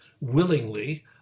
willingly